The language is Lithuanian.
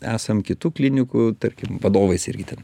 esam kitų klinikų tarkim vadovais irgi ten